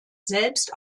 selbst